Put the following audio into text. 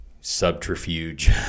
subterfuge